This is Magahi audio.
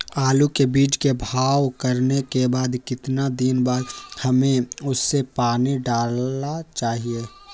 आलू के बीज के भाव करने के बाद कितने दिन बाद हमें उसने पानी डाला चाहिए?